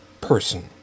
person